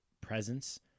presence